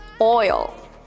oil